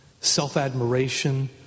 self-admiration